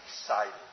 excited